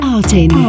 Artin